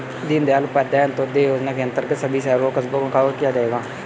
दीनदयाल उपाध्याय अंत्योदय योजना के अंतर्गत सभी शहरों और कस्बों को कवर किया जाएगा